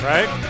Right